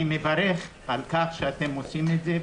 אני מברך על כך שאתם עושים את זה,